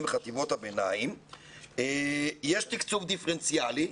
וחטיבות הביניים יש תקצוב דיפרנציאלי,